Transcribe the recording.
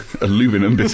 Aluminum